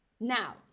Now